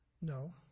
No